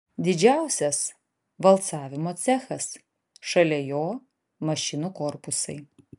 didžiausias valcavimo cechas šalia jo mašinų korpusai